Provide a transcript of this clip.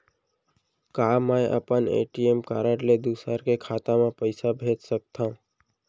का मैं अपन ए.टी.एम कारड ले दूसर के खाता म पइसा भेज सकथव?